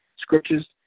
scriptures